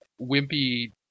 wimpy